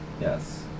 Yes